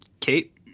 Kate